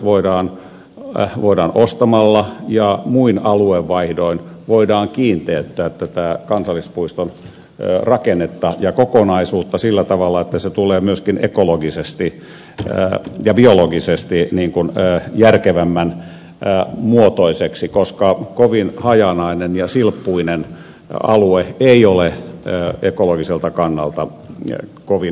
voidaan ostamalla ja muin aluevaihdoin kiinteyttää tätä kansallispuiston rakennetta ja kokonaisuutta sillä tavalla että se tulee myöskin ekologisesti ja biologisesti järkevämmän muotoiseksi koska kovin hajanainen ja silppuinen alue ei ole ekologiselta kannalta kovin hyvä